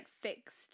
fixed